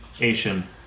Asian